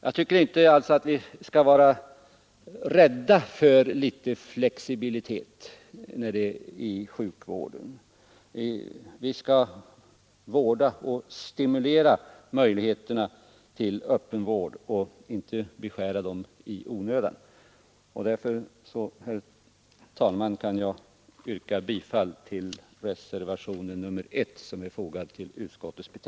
Jag tycker inte att vi bör vara rädda för litet flexibilitet inom sjukvården, Vi bör stimulera möjligheterna till öppenvård och inte i onödan beskära dessa möjligheter. Därför, herr talman, yrkar jag bifall till reservationen 1.